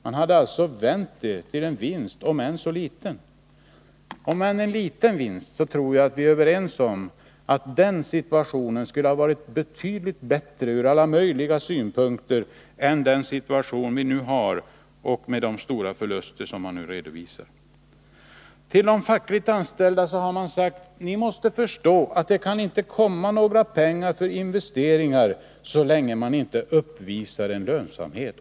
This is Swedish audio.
Man hade vänt förlusten till en vinst, om än så liten, och med en liten vinst tror jag att vi är överens om att situationen skulle ha varit betydligt bättre ur alla möjliga synpunkter än den situation vi nu har med de stora förluster som redovisas. Till de fackliga företrädarna har man sagt: Ni måste förstå att det kan inte bli några pengar till investeringar så länge företaget inte uppvisar lönsamhet.